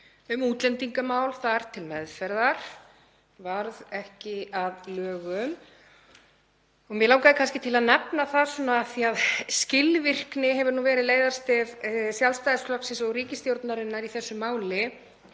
um útlendingamál þar til meðferðar sem ekki varð að lögum. Mig langaði kannski til að nefna, af því að skilvirkni hefur nú verið leiðarstef Sjálfstæðisflokksins og ríkisstjórnarinnar í þessu máli,